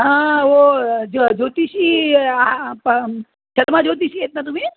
हा हो ज्यो ज्योतिषी ह प शर्मा ज्योतिषी आहेत ना तुम्ही